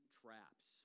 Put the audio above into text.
traps